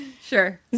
Sure